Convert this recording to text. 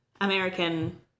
American